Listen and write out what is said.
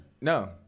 No